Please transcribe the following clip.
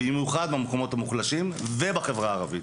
במיוחד במקומות המוחלשים ובחברה הערבית.